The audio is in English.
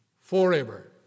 forever